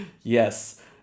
yes